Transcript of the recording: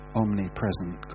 omnipresent